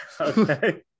Okay